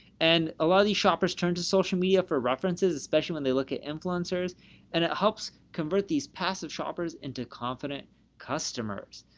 and a lot of these shoppers turn to social media for references, especially when they look at influencers and it helps convert these passive shoppers into confident customers.